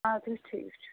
اد حظ ٹھیٖک چھُ